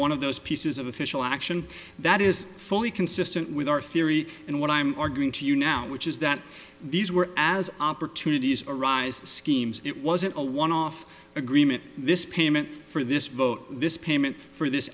one of those pieces of official action that is fully consistent with our theory and what i'm arguing to you now which is that these were as opportunities arise schemes it wasn't a one off agreement this payment for this vote this payment for this